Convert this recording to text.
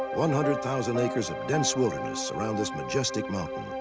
one hundred thousand acres of dense wilderness surround this majestic mountain.